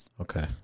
okay